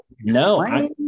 No